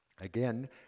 again